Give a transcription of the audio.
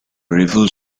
rebuild